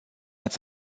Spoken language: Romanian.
ați